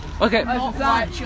Okay